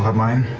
um mine.